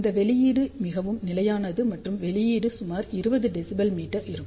இந்த வெளியீடு மிகவும் நிலையானது மற்றும் வெளியீடு சுமார் 20 dBm இருக்கும்